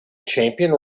champion